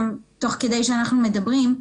תוך כדי שאנחנו מדברים,